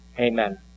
Amen